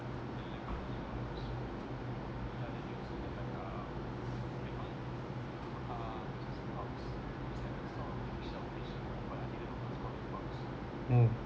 hmm